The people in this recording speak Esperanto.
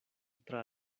tra